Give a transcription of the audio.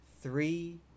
three